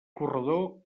corredor